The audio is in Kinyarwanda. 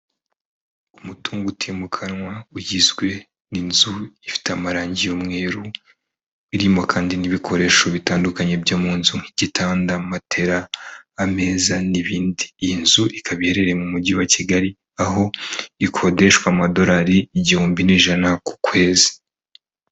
Umutungo utimukanwa ugizwe n'inzu ifite amarangi y'umweru, irimo kandi n'ibikoresho bitandukanye byo mu nzu nk'igitanda, matera, ameza n'ibindi. Iyi nzu ikaba iherereye mu mujyi wa Kigali, aho ikodeshwa amadolari igihumbi n'ijana ku kwezi.